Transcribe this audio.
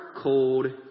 cold